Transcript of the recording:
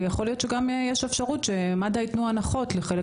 ויכול להיות שיש אפשרות שמד"א יתנו הנחות לחלק